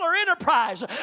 enterprise